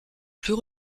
plus